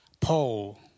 Paul